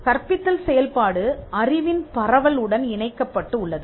கற்பித்தல் செயல்பாடு அறிவின் பரவல் உடன் இணைக்கப்பட்டு உள்ளது